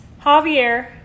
Javier